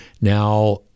Now